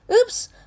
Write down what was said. Oops